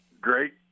great